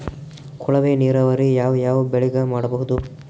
ಕೊಳವೆ ನೀರಾವರಿ ಯಾವ್ ಯಾವ್ ಬೆಳಿಗ ಮಾಡಬಹುದು?